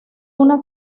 una